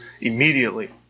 immediately